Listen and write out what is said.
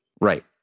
Right